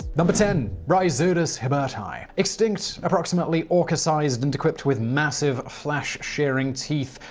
but but ten. rhizodus hibberti extinct, approximately orca-sized, and equipped with massive, flesh shearing teeth,